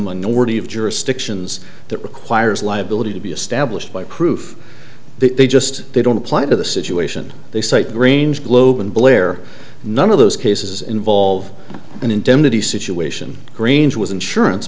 minority of jurisdictions that requires liability to be established by proof that they just they don't apply to the situation they cite grange globin blair none of those cases involve an indemnity situation grange was insurance